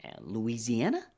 Louisiana